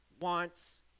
wants